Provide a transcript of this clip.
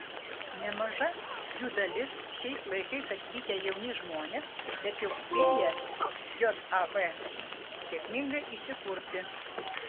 nemaža jų dalis šiais laikais atvykę jauni žmonės bet jau spėję jav sėkmingai įsikurti